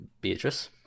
Beatrice